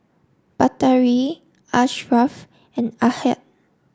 Batari Ashraf and Ahad